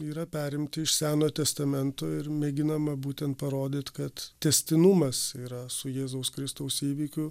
yra perimti iš senojo testamento ir mėginama būtent parodyt kad tęstinumas yra su jėzaus kristaus įvykiu